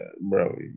bro